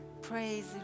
Praise